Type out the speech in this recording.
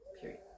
Period